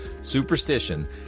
superstition